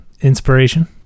inspiration